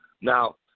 Now